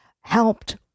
helped